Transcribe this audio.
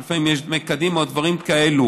כי לפעמים יש דמי קדימה או דברים כאלה.